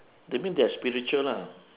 that mean they are spiritual lah